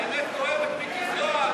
האמת כואבת, מיקי זוהר?